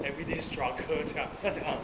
everyday struggle 这样 ah